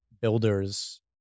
builders